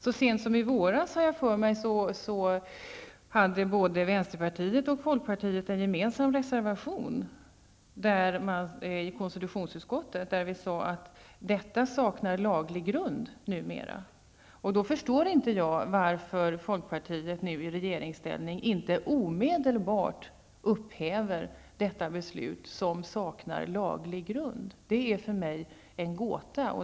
Så sent som i våras hade vänsterpartiet och folkpartiet en gemensam reservation i konstitutionsutskottet där vi sade att beslutet saknar laglig grund. Jag förstår då inte varför folkpartiet nu i regeringsställning inte omedelbart upphäver detta beslut som saknar laglig grund. Det är för mig en gåta.